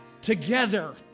together